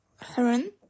Heron